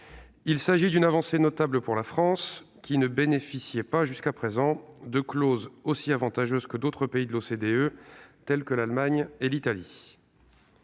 Il s'agit d'une avancée notable pour la France, qui ne bénéficiait pas, jusqu'à présent, de clauses aussi avantageuses que d'autres pays de l'OCDE, tels que l'Allemagne et l'Italie.